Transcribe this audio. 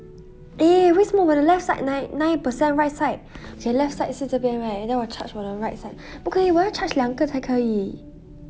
eh 为什么我的 left side nine nine per cent right side 写 left side 是这边 right then 我 charge 我的 right side 不可以我要 charge 两个才可以